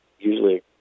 Usually